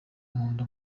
nkunda